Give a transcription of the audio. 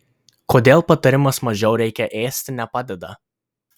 kodėl patarimas mažiau reikia ėsti nepadeda